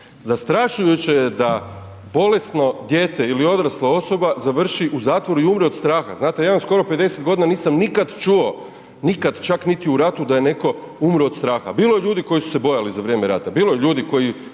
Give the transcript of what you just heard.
Zastrašujuće je da bolesno dijete ili odrasla osoba za vrši u zatvoru i umre od straha, znate, ja imam skoro 50 g. i nisam nikad čuo, nikad, čak niti u ratu da je netko umor od straha, bilo je ljudi koji su se bojali za vrijeme rata, bilo je ljudi koji